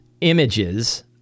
images